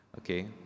okay